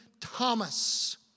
Thomas